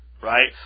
right